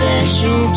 special